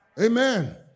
Amen